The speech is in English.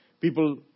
People